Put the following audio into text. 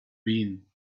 been